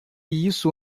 isso